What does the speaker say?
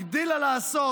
הגדילה לעשות